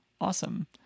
Awesome